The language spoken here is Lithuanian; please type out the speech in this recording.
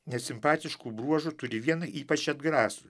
nesimpatiškų bruožų turi vieną ypač atgrasų